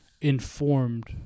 informed